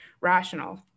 rational